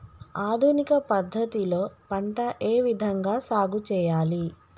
ఆధునిక పద్ధతి లో పంట ఏ విధంగా సాగు చేయాలి?